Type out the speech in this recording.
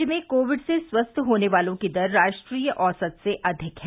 राज्य में कोविड से स्वस्थ होने वालों की दर राष्ट्रीय औसत से अधिक है